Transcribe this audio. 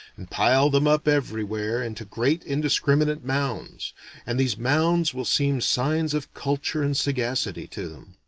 and pile them up everywhere into great indiscriminate mounds and these mounds will seem signs of culture and sagacity to them.